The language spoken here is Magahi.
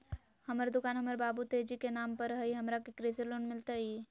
हमर दुकान हमर बाबु तेजी के नाम पर हई, हमरा के कृषि लोन मिलतई?